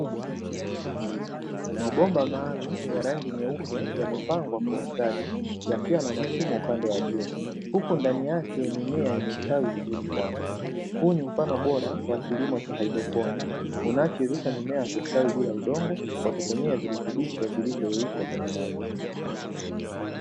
Mabomba maalumu ya rangi nyeupe yamepangwa kwa ustadi yakiwa na mashimo upande wa juu. Huku ndani yake mimea imestawi vizuri sana. Huu ni mfano bora wa kilimo cha haidroponi unachowezesha mimea kustawi bila udongo, kwa kutumia virutubisho vilivyoyeyushwa kwenye maji.